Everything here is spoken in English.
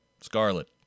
Scarlet